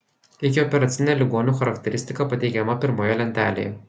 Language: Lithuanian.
ikioperacinė ligonių charakteristika pateikiama pirmoje lentelėje